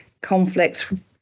conflicts